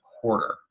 quarter